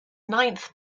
ninth